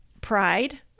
pride